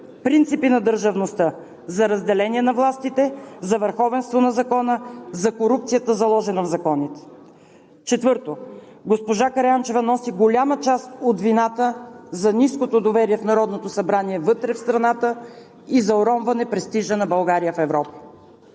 принципи на държавността за разделение на властите, за върховенството на закона, за корупцията, заложена в законите. Четвърто, госпожа Караянчева носи голяма част от вината за ниското доверие в Народното събрание вътре в страната и за уронване престижа на България в Европа.